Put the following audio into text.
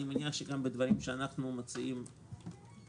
אני מניח שגם בדברים שאנחנו מציעים לעתיד